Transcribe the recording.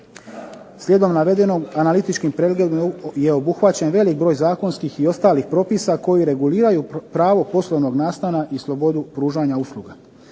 Slijedom navedenog analitičkim pregledom je obuhvaćen velik broj zakonskih i ostalih propisa koji reguliraju pravo poslovnog nastana i slobodu pružanja usluga.